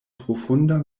profunda